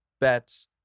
bets